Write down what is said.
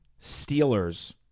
Steelers